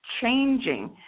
changing